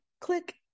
click